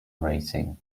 racing